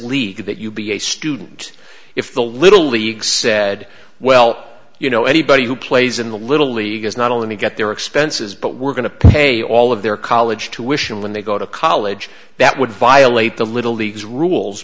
league that you'd be a student if the little league said well you know anybody who plays in the little league is not only get their expenses but we're going to pay all of their college tuition when they go to college that would violate the little leagues rules